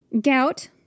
Gout